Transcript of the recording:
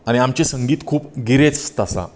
आनी आमचे संगीत खूब गिरेस्त आसा